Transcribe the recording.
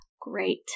great